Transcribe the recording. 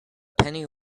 penny